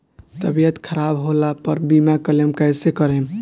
तबियत खराब होला पर बीमा क्लेम कैसे करम?